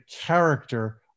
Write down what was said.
character